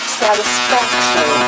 satisfaction